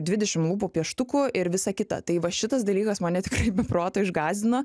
dvidešimt lūpų pieštukų ir visa kita tai va šitas dalykas mane tikrai be proto išgąsdino